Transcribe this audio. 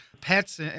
pets